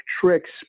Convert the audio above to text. tricks